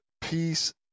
peace